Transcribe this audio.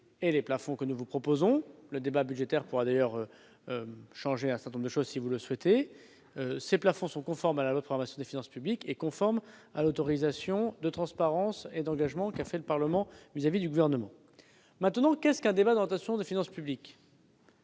et ceux que nous vous proposons. Le débat budgétaire pourra d'ailleurs changer certains éléments, si vous le souhaitez. Ces plafonds sont conformes à la loi de programmation des finances publiques et à l'autorisation de transparence et d'engagement qu'a consentie le Parlement au Gouvernement. En quoi consiste un débat d'orientation des finances publiques ?